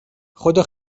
خدا